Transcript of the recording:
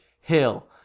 hill